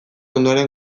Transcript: ondoren